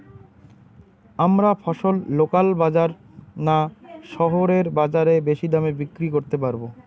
আমরা ফসল লোকাল বাজার না শহরের বাজারে বেশি দামে বিক্রি করতে পারবো?